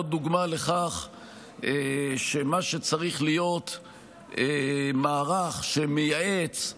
עוד דוגמה לכך שמה שצריך להיות מערך מייעץ,